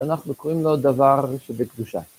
אנחנו קוראים לו דבר שבקדושה.